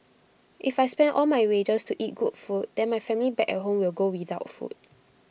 if I spend all my wages to eat good food then my family back at home will go without food